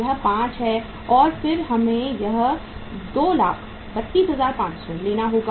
यह 5 है और फिर हमें यह 232500 लेना होगा